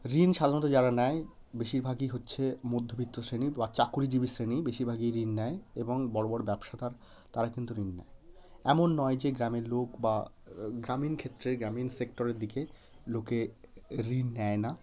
ঋণ সাধারণত যারা নেয় বেশিরভাগই হচ্ছে মধ্যবিত্ত শ্রেণী বা চাকুরিজীবি শ্রেণীই বেশিরভাগই ঋণ নেয় এবং বড়ো বড়ো ব্যবসাদার তারা কিন্তু ঋণ নেয় এমন নয় যে গ্রামে লোক বা গ্রামীণ ক্ষেত্রের গ্রামীণ সেক্টরের দিকে লোকে ঋণ নেয় না